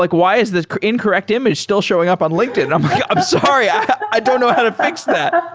like why is this incorrect image still showing up on linkedin? i'm like, i'm sorry. i don't know how to fix that.